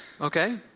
Okay